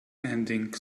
ending